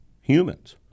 humans